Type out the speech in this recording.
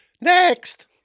Next